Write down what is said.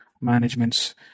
managements